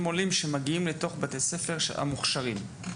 העולים מגיעים לבתי הספר המוכש"רים.